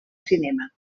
cinema